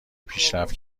پیشرفت